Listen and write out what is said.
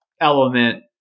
element